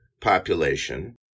population